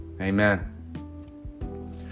amen